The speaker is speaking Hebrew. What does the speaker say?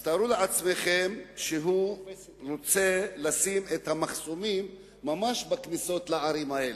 אז תארו לעצמכם שהוא רוצה לשים את המחסומים ממש בכניסות לערים האלה.